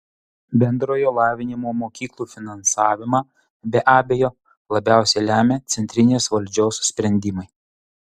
bendrojo lavinimo mokyklų finansavimą be abejo labiausiai lemia centrinės valdžios sprendimai